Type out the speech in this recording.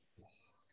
Yes